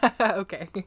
Okay